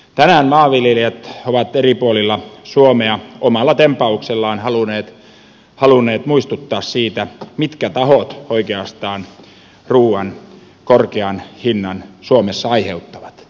tänään maanviljelijät ovat eri puolilla suomea omalla tempauksellaan halunneet muistuttaa siitä mitkä tahot oikeastaan ruuan korkean hinnan suomessa aiheuttavat